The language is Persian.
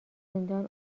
زندان